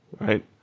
right